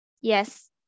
Yes